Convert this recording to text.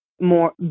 more